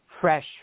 fresh